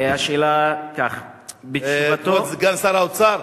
השאלה: בתשובתו, כבוד סגן שר האוצר,